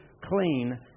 clean